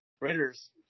Raiders